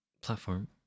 platform